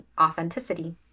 authenticity